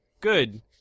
good